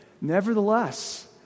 nevertheless